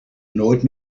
nooit